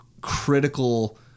critical